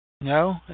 No